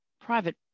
private